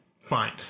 fine